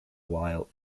while